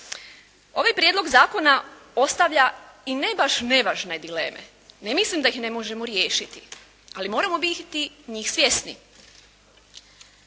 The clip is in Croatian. Ovaj prijedlog zakona ostavlja i ne baš nevažne dileme. Ne mislim da ih ne možemo riješiti. Ali moramo biti njih svjesni.